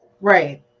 Right